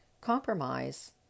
Compromise